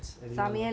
mm